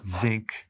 zinc